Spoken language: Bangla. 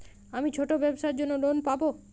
আমি ছোট ব্যবসার জন্য লোন পাব?